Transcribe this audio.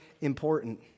important